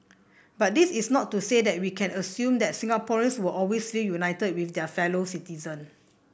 but this is not to say that we can assume that Singaporeans will always feel united with their fellow citizen